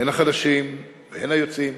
הן החדשים והן היוצאים,